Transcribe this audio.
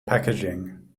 packaging